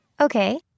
Okay